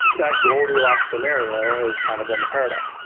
that goldilocks scenario has kind of been the paradigm.